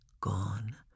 Gone